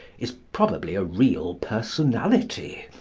is probably a real personality,